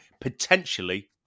potentially